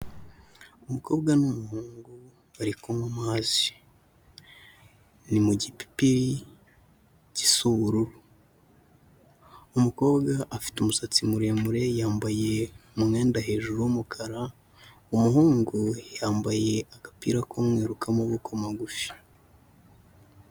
Umukobwa n'umuhungu bari kunywa amazi, ni mu gipipiri gisa ubururu. Umukobwa afite umusatsi muremure, yambaye umwenda hejuru w'umukara. Umuhungu yambaye agapira k'umweru k'amaboko magufi.